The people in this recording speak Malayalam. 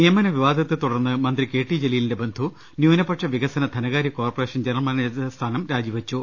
നിയമനവിവാദത്തെ തുടർന്ന് മുന്തി കെ ടി ജലീലിന്റെ ബന്ധു ന്യൂനപക്ഷവികസന ധനകാര്യകോർപ്പറേഷൻ ജന റൽ മാനേജർസ്ഥാനം രാജിവെച്ചു